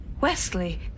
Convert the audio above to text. Wesley